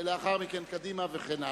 ולאחר מכן קדימה וכן הלאה.